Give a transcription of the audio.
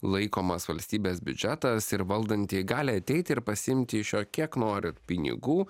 laikomas valstybės biudžetas ir valdantieji gali ateiti ir pasiimti iš jo kiek nori pinigų